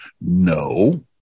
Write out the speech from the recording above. no